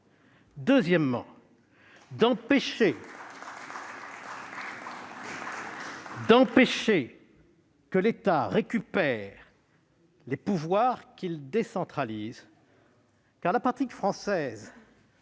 deuxième point, c'est d'empêcher que l'État ne récupère les pouvoirs qu'il décentralise. C'est la pratique française